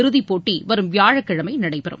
இறுதிப் போட்டி வரும் வியாழக்கிழமை நடைபெறும்